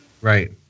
Right